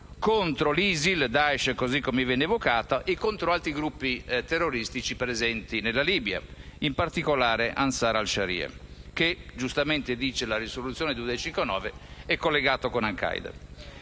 contro l'ISIL (cioè il Daesh, così come viene evocato) e contro altri gruppi terroristici presenti in Libia, in particolare Ansar al-Sharia (che giustamente, dice la risoluzione n. 2259, è collegato con al-Qaeda).